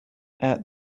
add